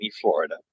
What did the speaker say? Florida